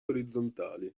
orizzontali